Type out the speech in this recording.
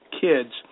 kids